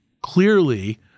clearly